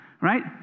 right